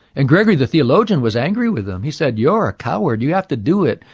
and gregory the theologian was angry with him. he said, you're ah coward. you have to do it.